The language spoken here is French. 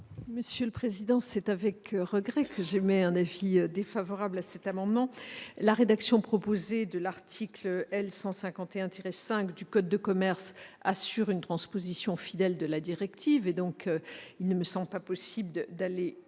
Gouvernement ? C'est à regret que j'émets un avis défavorable sur cet amendement. La rédaction proposée pour l'article L. 151-5 du code de commerce assure une transposition fidèle de la directive. Il ne me semble donc pas possible d'aller